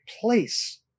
place